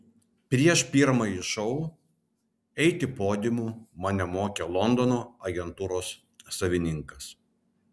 prieš pirmąjį šou eiti podiumu mane mokė londono agentūros savininkas